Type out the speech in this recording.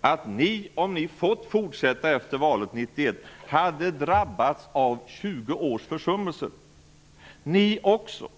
att ni, om ni hade fått fortsätta att regera efter valet 1991, hade drabbats av 20 års försummelser, ni också.